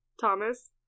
Thomas